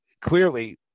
clearly